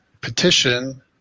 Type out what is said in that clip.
petition